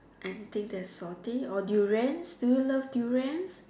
anything that is salty or durians do you love durians